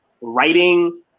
writing